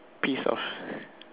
piece of sh~